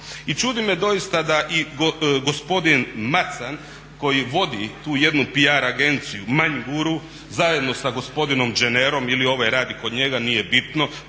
I čudi me doista da i gospodin Macan koji vodu tu jednu PR agenciju … zajedno sa gospodinom Đenerom ili ovaj radi kod njega, nije bitno,